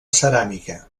ceràmica